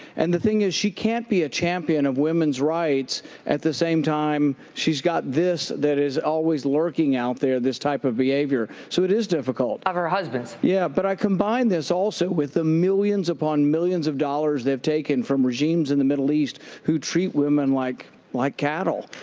and the thing is, she can't be a champion of women's rights at the same time she's got this that is always lurking out there, this type of behavior. so it is difficult. of her husband's? yeah. but i combine this also with the millions upon millions of dollars they've taken from regimes in the middle east who treat women like like cattle.